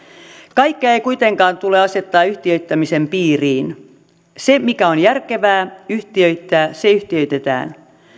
kaikkea ei kuitenkaan tule asettaa yhtiöittämisen piiriin se mikä on järkevää yhtiöittää se yhtiöitetään